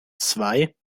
zwei